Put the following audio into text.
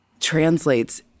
translates